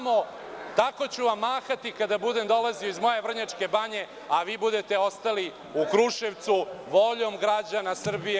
Tako ću vam mahati kada budem dolazio iz moje Vrnjačke Banje, a vi budete ostali u Kruševcu, voljom građana Srbije.